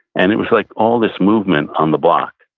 and it was like all this movement on the block.